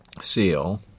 seal